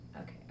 Okay